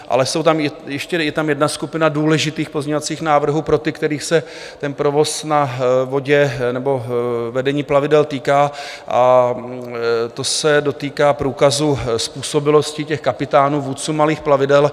Ale ještě je tam jedna skupina důležitých pozměňovacích návrhů pro ty, kterých se ten provoz na vodě nebo vedení plavidel týká, a to se dotýká průkazu způsobilosti kapitánů, vůdců malých plavidel.